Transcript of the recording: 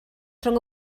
rhwng